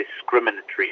discriminatory